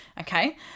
Okay